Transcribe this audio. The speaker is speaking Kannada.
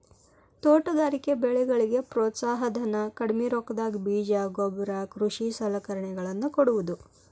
ತೋಟಗಾರಿಕೆ ಬೆಳೆಗಳಿಗೆ ಪ್ರೋತ್ಸಾಹ ಧನ, ಕಡ್ಮಿ ರೊಕ್ಕದಾಗ ಬೇಜ ಗೊಬ್ಬರ ಕೃಷಿ ಸಲಕರಣೆಗಳ ನ್ನು ಕೊಡುವುದು